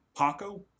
Paco